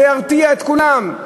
זה ירתיע את כולם.